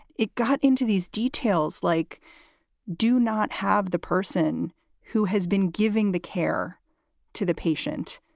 it got into these details like do not have the person who has been giving the care to the patient,